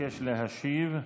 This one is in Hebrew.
מבקש להשיב.